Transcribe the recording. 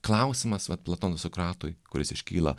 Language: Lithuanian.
klausimas vat platono sokratui kuris iškyla